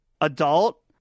adult